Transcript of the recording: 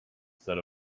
said